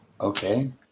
Okay